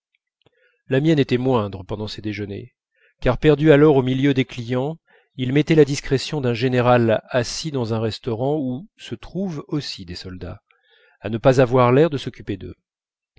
la mienne était moindre pendant ces déjeuners car perdu alors au milieu des clients il mettait la discrétion d'un général assis dans un restaurant où se trouvent aussi des soldats à ne pas avoir l'air de s'occuper d'eux